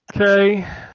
Okay